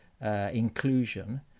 inclusion